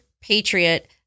patriot